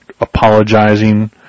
apologizing